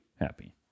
happy